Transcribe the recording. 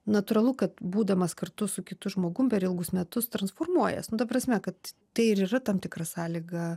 natūralu kad būdamas kartu su kitu žmogum per ilgus metus transformuojas nu ta prasme kad tai ir yra tam tikra sąlyga